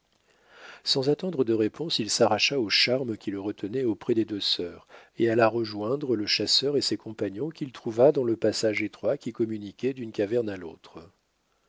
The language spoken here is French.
sans attendre de réponse il s'arracha au charme qui le retenait auprès des deux sœurs et alla rejoindre le chasseur et ses compagnons qu'il trouva dans le passage étroit qui communiquait d'une caverne à l'autre